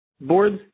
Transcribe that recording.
boards